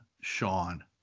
Sean